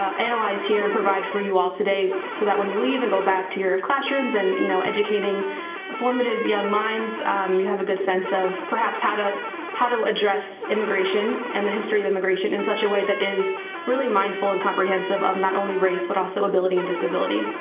analyze here and provide for you all today so that when you leave and go back to your classrooms and, you know, educating formative young minds you have a good sense of perhaps how to how to address immigration and the history of immigration in such a way that is really mindful and comprehensive of not only race, but also ability and disability.